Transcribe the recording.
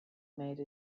made